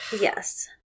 Yes